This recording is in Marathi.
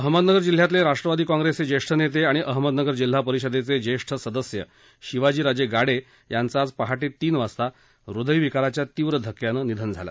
अहमदनगर जिल्ह्यातले राष्ट्रवादी काँग्रेसचे ज्येष्ठ नेते आणि अहमदनगर जिल्हा परिषदेचे ज्येष्ठ सदस्य शिवाजीराजे गाडे यांचं आज पहाटे तीन वाजता हृदयविकाराच्या तीव्र धक्क्यानं निधन झालं